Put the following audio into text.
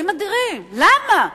אלוהים אדירים, למה?